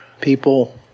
people